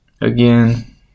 again